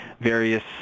various